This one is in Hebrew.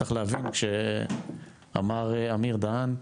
צריך להבין כשאמר אמיר דהן,